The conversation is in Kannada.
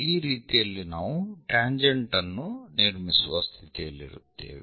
ಈ ರೀತಿಯಲ್ಲಿ ನಾವು ಟ್ಯಾಂಜೆಂಟ್ ಅನ್ನು ನಿರ್ಮಿಸುವ ಸ್ಥಿತಿಯಲ್ಲಿರುತ್ತೇವೆ